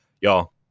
y'all